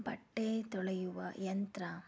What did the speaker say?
ಬಟ್ಟೆ ತೊಳೆಯುವ ಯಂತ್ರ